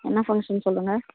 என்ன ஃபங்க்ஷன் சொல்லுங்கள்